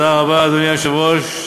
אדוני היושב-ראש,